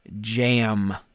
jam